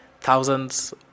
thousands